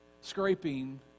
scraping